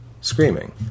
screaming